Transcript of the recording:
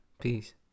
Peace